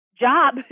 job